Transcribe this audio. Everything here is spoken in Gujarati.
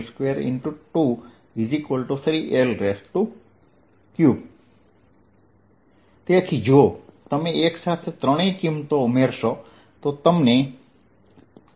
z 3×L2L2×2 3L3 તેથી જો તમે એક સાથે ત્રણેય કિંમતો ઉમેરશો તો તમને A